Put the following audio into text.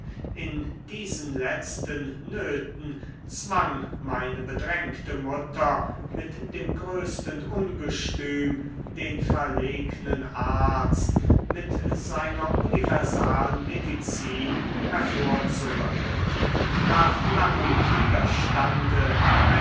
in diesen letzten nöten zwang meine bedrängte mutter mit dem größten ungestüm den verlegnen arzt mit seiner universalmedizin hervorzurücken nach langem widerstande